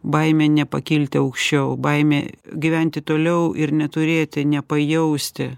baimė nepakilti aukščiau baimė gyventi toliau ir neturėti nepajausti